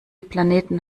planeten